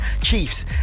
Chiefs